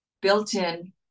built-in